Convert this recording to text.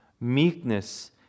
meekness